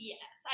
Yes